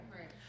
right